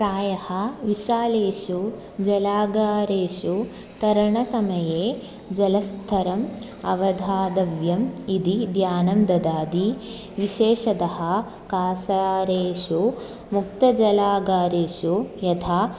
प्रायः विशालेषु जलागारेषु तरणसमये जलस्तरम् अवधातव्यम् इति ज्ञानं ददाति विशेषतः कासारेषु मुक्तजलागारेषु यथा